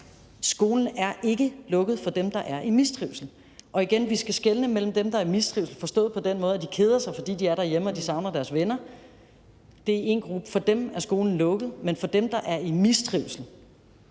Skolen er ikke lukket for dem, der er i mistrivsel. Og igen: Vi skal skelne mellem dem, der er i mistrivsel forstået på den måde, at de keder sig, fordi de er derhjemme og savner deres venner. Det er én gruppe, og for dem er skolen lukket. Men for dem, der er i mistrivsel,